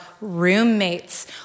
roommates